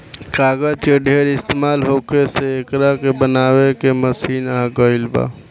कागज के ढेर इस्तमाल होखे से एकरा के बनावे के मशीन आ गइल बा